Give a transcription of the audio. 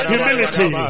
Humility